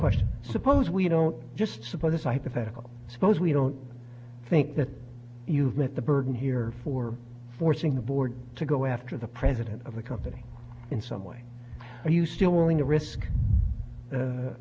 question suppose we don't just suppose i pathetically suppose we don't think that you've met the burden here for forcing the board to go after the president of the company in some way are you still willing to risk